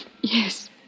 Yes